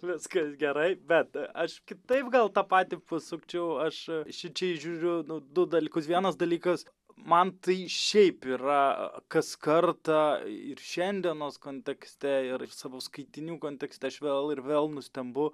viskas gerai bet aš kitaip gal tą patį pasukčiau aš šičia įžiūriu du dalykus vienas dalykas man tai šiaip yra kas kartą ir šiandienos kontekste ir savo skaitinių kontekste aš vėl ir vėl nustembu